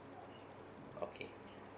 okay